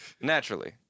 naturally